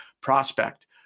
Prospect